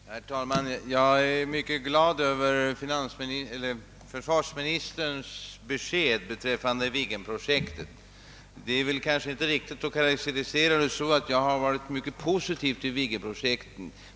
Herr talman! Jag är mycket glad över försvarsministerns besked beträffande Viggenprojektet. Det är kanske inte riktigt att säga att jag har ställt mig mycket positiv till Viggenprojektet.